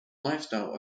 lifestyle